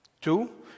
two